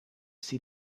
see